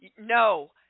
No